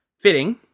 Fitting